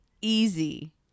easy